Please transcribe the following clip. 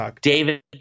David